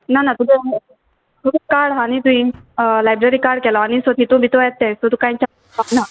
ना ना तुगे कार्ड आहा न्ही तुवें लायब्ररी कार्ड केलो आहा न्ही सो तितू भितू येताय सो तुका ना